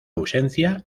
ausencia